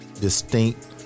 distinct